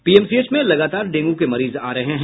PMCH में लगातार dengue के मरीज आ रहे हैं